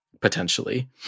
potentially